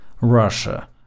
Russia